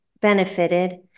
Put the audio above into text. benefited